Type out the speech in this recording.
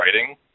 writing